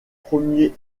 premiers